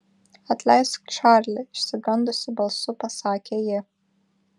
atleisk čarli išsigandusi balsu pasakė ji